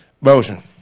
Motion